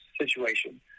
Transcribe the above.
situation